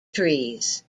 trees